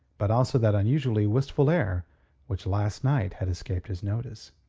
but also that unusually wistful air which last night had escaped his notice.